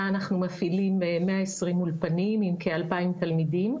אנחנו מפעילים 120 אולפנים עם כ-2,000 תלמידים.